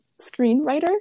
screenwriter